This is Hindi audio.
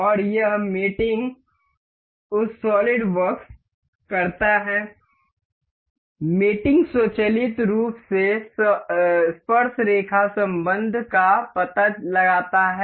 और यह मेटिंग उह सॉलिडवर्क्स करता है मेटिंग स्वचालित रूप से स्पर्शरेखा संबंध का पता लगाता है